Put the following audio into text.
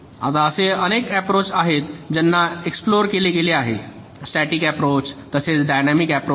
आता असे अनेक अप्रोच आहेत ज्याना एक्सप्लोअर केले गेले आहे स्टॅटिक अप्रोच तसेच डायनॅमिक अप्रोच